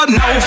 no